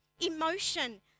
emotion